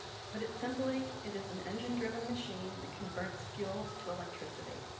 to put it simply, it is an engine-driven machine that converts fuel to electricity.